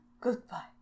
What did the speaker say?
Goodbye